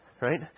Right